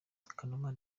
kanuma